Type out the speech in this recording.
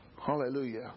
Hallelujah